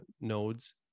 nodes